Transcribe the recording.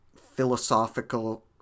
philosophical